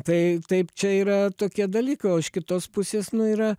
tai taip čia yra tokie dalykai o iš kitos pusės nu yra